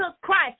Christ